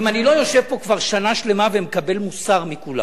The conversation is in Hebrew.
אם אני לא יושב פה כבר שנה שלמה ומקבל מוסר מכולם.